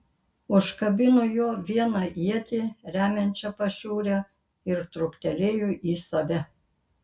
užkabino juo vieną ietį remiančią pašiūrę ir truktelėjo į save